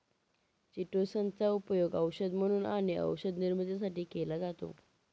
chitosan चा उपयोग औषध म्हणून आणि औषध निर्मितीसाठी केला जातो